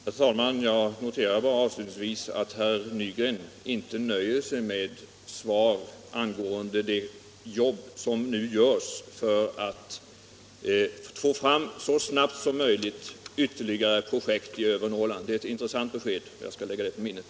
Herr talman! Jag noterar avslutningsvis bara att herr Nygren inte nöjer sig med svar angående det arbete som nu pågår för att så snabbt som möjligt få fram ytterligare projekt i övre Norrland. Det är ett intressant besked. Jag skall lägga det på minnet.